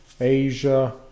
asia